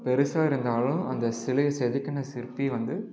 பெருசாக இருந்தாலும் அந்த சிலையை செதுக்கின சிற்பி வந்து